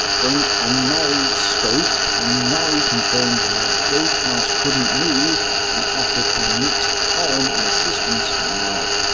brink and norrie spoke, and norrie confirmed that gatehouse couldn't move and offered a mixed column in assistance for now.